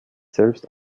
selbst